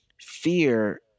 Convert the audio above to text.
fear